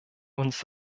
uns